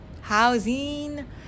housing